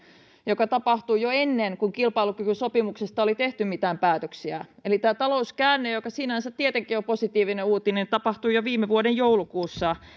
joka tapahtui jo ennen kuin kilpailukykysopimuksesta oli tehty mitään päätöksiä tämä talouskäänne joka sinänsä tietenkin on positiivinen uutinen tapahtui jo viime vuoden joulukuussa